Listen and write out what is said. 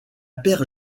paire